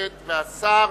הכנסת והשר